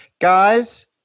Guys